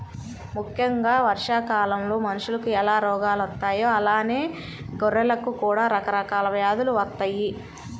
ముక్కెంగా వర్షాకాలంలో మనుషులకు ఎలా రోగాలు వత్తాయో అలానే గొర్రెలకు కూడా రకరకాల వ్యాధులు వత్తయ్యి